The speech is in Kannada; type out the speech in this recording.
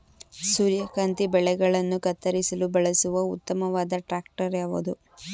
ಸೂರ್ಯಕಾಂತಿ ಬೆಳೆಗಳನ್ನು ಕತ್ತರಿಸಲು ಬಳಸುವ ಉತ್ತಮವಾದ ಟ್ರಾಕ್ಟರ್ ಯಾವುದು?